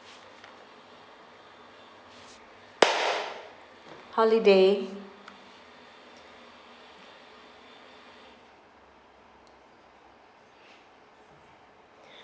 holiday